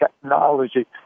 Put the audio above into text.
Technology